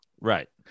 Right